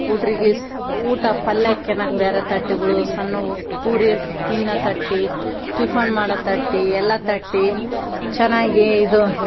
ಹುಡ್ರಿಗೆ ಊಟ ಪಲ್ಯಕ್ಕೆ ನಾಲ್ಕು ಬೇರೆ ತಟ್ಟೆಗಳು ಸಣ್ಣವು ಪುರಿ ತಿನ್ನೋ ತಟ್ಟೆ ಟಿಫನ್ ಮಾಡೋ ತಟ್ಟೆ ಎಲ್ಲ ತಟ್ಟೆ ಚೆನ್ನಾಗಿ ಇದು